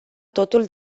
totul